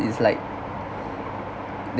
it's like